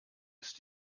ist